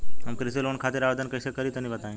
हम कृषि लोन खातिर आवेदन कइसे करि तनि बताई?